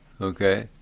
Okay